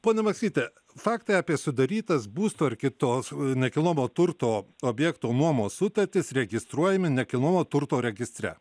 pone maksvyti faktai apie sudarytas būsto ar kitos nekilnojamo turto objekto nuomos sutartys registruojami nekilnojamo turto registre